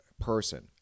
person